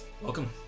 Welcome